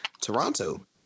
Toronto